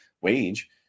wage